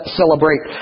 celebrate